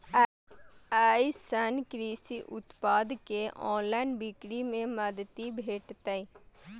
अय सं कृषि उत्पाद के ऑनलाइन बिक्री मे मदति भेटतै